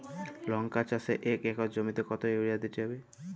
লংকা চাষে এক একর জমিতে কতো ইউরিয়া দিতে হবে?